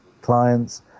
clients